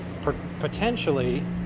potentially